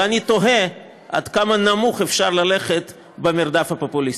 אני תוהה עד כמה נמוך אפשר ללכת במרדף הפופוליסטי.